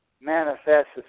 manifests